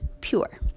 pure